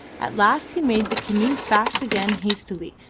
at last he made the canoe fast again hastily,